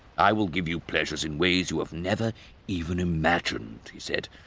i will give you pleasures in ways you have never even imagined, he said,